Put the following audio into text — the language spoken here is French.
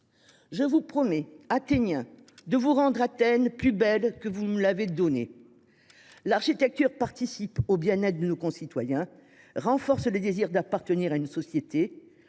Je vous promets, Athéniens, de vous rendre Athènes plus belle que vous me l’avez donnée. » L’architecture participe au bien être de nos concitoyens, renforce le désir d’appartenir à une société.